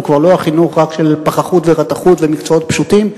הוא כבר לא חינוך רק של פחחות ורתכות ומקצועות פשוטים,